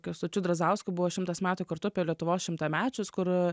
kęstučiu drazdausku buvo šimtas metų kartu apie lietuvos šimtamečius kur